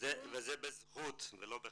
וזה בזכות ולא בחסד.